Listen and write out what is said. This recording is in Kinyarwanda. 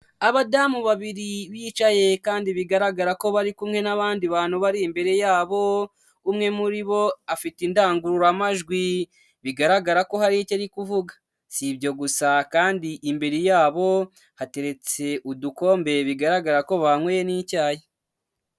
Abadamu babiri bicaye kandi bigaragara ko bari kumwe n'abandi bantu bari imbere yabo, umwe muri bo afite indangururamajwi bigaragara ko hari icyo ari kuvuga, si ibyo gusa kandi imbere yabo hateretse udukombe bigaragara ko banyweye n'icyayi.